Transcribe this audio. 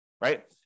right